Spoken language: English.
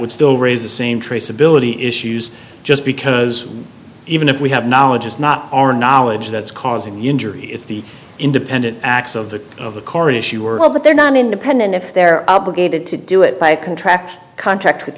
would still raise the same traceability issues just because even if we have knowledge is not our knowledge that's causing the injury it's the independent acts of the of the current issue are but they're not independent if they're obligated to do it by a contract contract with